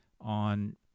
on